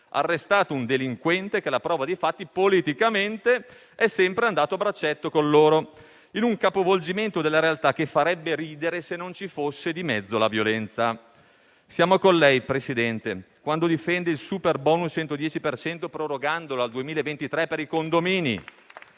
arrestato un delinquente che, alla prova dei fatti, politicamente è sempre andato a braccetto con loro, in un capovolgimento della realtà che farebbe ridere se non ci fosse di mezzo alla violenza. Siamo con lei, signor Presidente del Consiglio, quando difende il superbonus al 110 per cento prorogandolo al 2023 per i condomini.